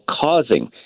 causing